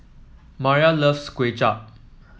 Mariah loves Kuay Chap